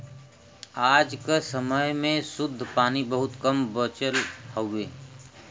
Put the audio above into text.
आज क समय में शुद्ध पानी बहुत कम बचल हउवे